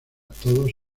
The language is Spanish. todos